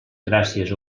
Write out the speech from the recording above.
gràcies